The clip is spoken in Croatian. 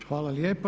Hvala lijepo.